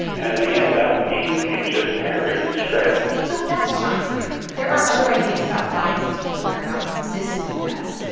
and they end up being anxious, harried, stressed so that's john's theory. there are other ideas about why the easterlin paradox exists in the u s,